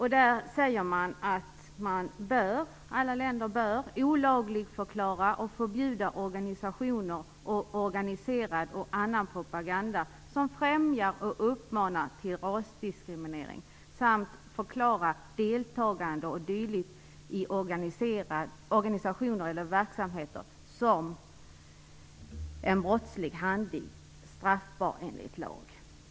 I den sägs att alla länder bör olagligförklara och förbjuda organisationer, organiserad och annan propaganda som främjar och uppmanar till rasdiskriminering samt förklara deltagande o.d. i organisationer eller verksamheter som en brottslig handling, straffbar enligt lag.